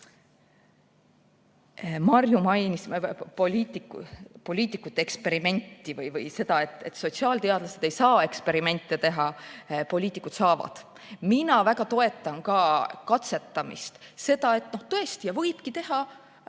Marju mainis seda, et sotsiaalteadlased ei saa eksperimente teha, poliitikud saavad. Mina väga toetan ka katsetamist. Seda, et tõesti võibki teha